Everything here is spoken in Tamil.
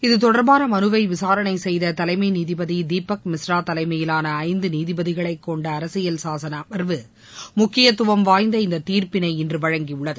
இது தொடர்பான மலுவை விசாரணை செய்த தலைமை நீதிபதி தீபக் மிஸ்ரா தலைமையிலான ஐந்து நீதிபதிகளை கொண்ட அரசியல் சாசன அமர்வு முக்கியத்துவம் வாய்ந்த இந்த தீர்ப்பிளை இன்று வழங்கியுள்ளது